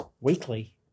weekly